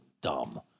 dumb